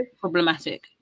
problematic